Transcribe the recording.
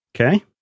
Okay